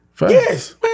Yes